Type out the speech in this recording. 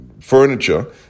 furniture